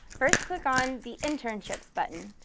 first click on the internships button.